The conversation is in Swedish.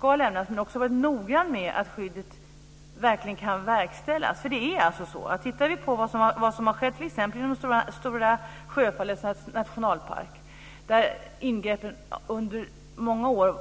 Men man har också varit noggrann med att skyddet kan verkställas. Vi kan titta på vad som har skett inom t.ex. Stora sjöfallets nationalpark. Där var ingreppen under många år